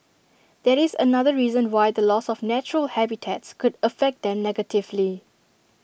that is another reason why the loss of natural habitats could affect them negatively